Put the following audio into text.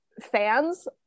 fans